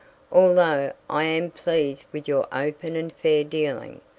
although i am pleased with your open and fair dealing.